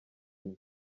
imwe